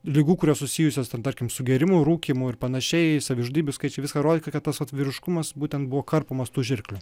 ligų kurios susijusios ten tarkim su gėrimu rūkymu ir panašiai savižudybių skaičiu viską rodytų kad tas vat vyriškumas būtent buvo karpomas tų žirklių